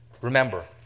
Remember